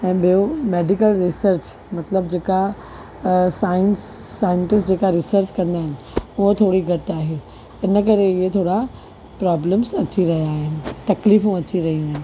ऐं ॿियो medical research मतिलबु जेका साइंस साइंटिस्ट जेका रिसर्च कंदा आहिनि उहा थोड़ी घटि आहे इनकरे इहे थोड़ा प्रोब्लम्स अची रहिया आहिनि तकलीफ़ूं अची रहियूं आहिनि